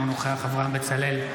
אינו נוכח אברהם בצלאל,